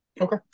Okay